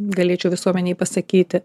galėčiau visuomenei pasakyti